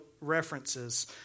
references